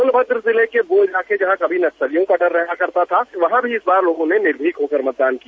सोनभद्र जिले के वो इलाके जहां कभी नक्सलियों का डर रहता था वहां भी लोगों ने निर्भीक होकर मतदान किया